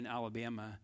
Alabama